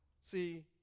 See